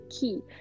key